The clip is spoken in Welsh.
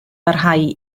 barhau